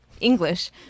English